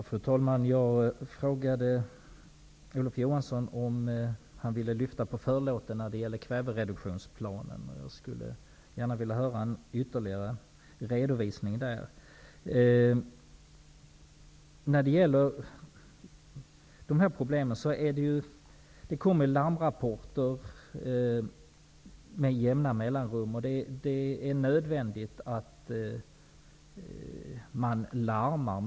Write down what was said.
Fru talman! Jag frågade Olof Johansson om han ville lyfta på förlåten när det gäller kvävereduktionsplanen. Jag skulle gärna vilja höra en ytterligare redovisning. Det kommer larmrapporter om dessa problem med jämna mellanrum. Det är nödvändigt att man larmar.